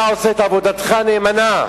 אתה עושה את עבודתך נאמנה,